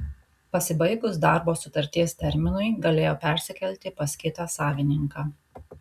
pasibaigus darbo sutarties terminui galėjo persikelti pas kitą savininką